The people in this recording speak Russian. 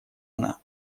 она